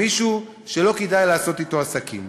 מישהו שלא כדאי לעשות אתו עסקים.